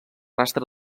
rastre